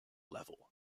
level